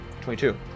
22